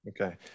Okay